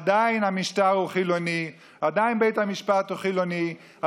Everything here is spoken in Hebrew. עדיין המשטר הוא חילוני,